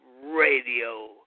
Radio